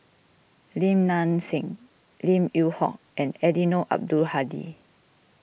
Lim Nang Seng Lim Yew Hock and Eddino Abdul Hadi